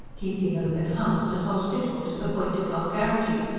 keeping open house, and hospitable to the point of vulgarity,